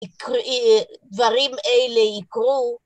דברים אלה יקרו